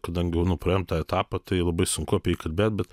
kadangi jau nu praėjom tą etapą tai labai sunku apie jį kalbėt bet